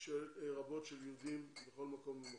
רבות של יהודים בכל מקום ומקום.